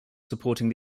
supporting